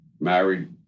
Married